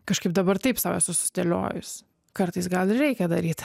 kažkaip dabar taip sau esu susidėliojus kartais gal ir reikia daryt